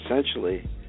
essentially